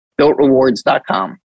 Builtrewards.com